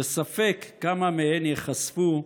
שספק כמה מהן ייחשפו,